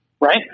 right